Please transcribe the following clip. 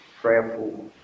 prayerful